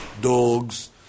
dogs